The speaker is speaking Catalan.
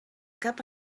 cap